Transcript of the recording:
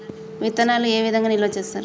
విత్తనాలు ఏ విధంగా నిల్వ చేస్తారు?